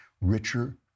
richer